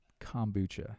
kombucha